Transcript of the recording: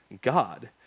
God